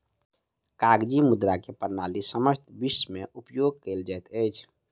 कागजी मुद्रा के प्रणाली समस्त विश्व में उपयोग कयल जाइत अछि